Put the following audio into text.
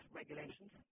regulations